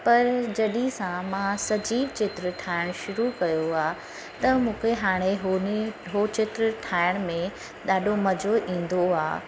पर जॾहिं सां मां सॼी चित्र ठाहिणु शुरू कयो आ त मूंखे हाणे हुन ई उहो चित्र ठाहिण में ॾाढो मज़ो ईंदो आहे